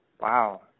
Wow